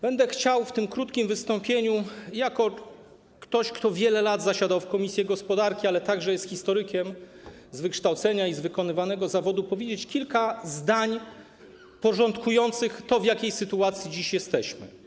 Będę chciał w tym krótkim wystąpieniu jako ktoś, kto wiele lat zasiadał w komisji gospodarki, ale także jest historykiem z wykształcenia i z wykonywanego zawodu, powiedzieć kilka zdań porządkujących to, w jakiej sytuacji dziś jesteśmy.